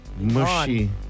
Mushy